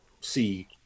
see